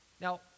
Now